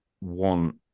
want